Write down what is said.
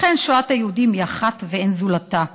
אכן, שואת היהודים היא אחת ואין זולתה.